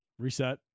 Reset